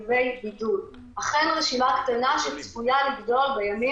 וזו אכן רשימה קטנה שצפויה לגדול בימים